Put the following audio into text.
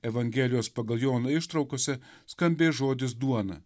evangelijos pagal joną ištraukose skambės žodis duona